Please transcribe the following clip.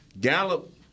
Gallup